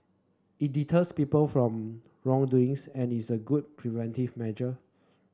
it deters people from wrongdoings and is a good preventive measure